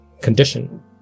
condition